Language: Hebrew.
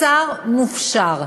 בשר מופשר,